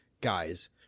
guys